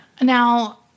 Now